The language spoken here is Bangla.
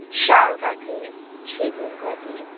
শাল কাঠে সেগুন কাঠে